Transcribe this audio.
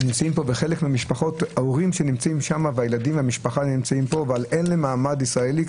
הם נמצאים כאן וההורים כאן אבל אין לה מעמד של ישראלי.